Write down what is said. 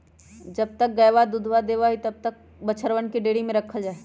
जब तक गयवा दूधवा देवा हई तब तक बछड़वन के डेयरी में रखल जाहई